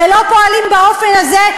ולא פועלים באופן הזה,